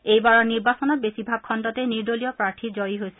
এইবাৰৰ নিৰ্বাচনত বেছিভাগ খণ্ডতে নিৰ্দলীয় প্ৰাৰ্থী জয়ী হৈছে